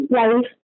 life